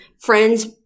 Friends